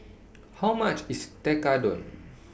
How much IS Tekkadon